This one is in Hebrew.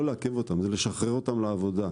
לעכב את האניות אלא לשחרר אותן לעבודה.